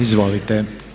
Izvolite.